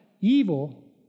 evil